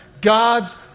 God's